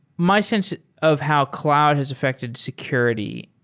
my sense of how cloud has affected security,